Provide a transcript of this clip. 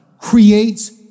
creates